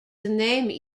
name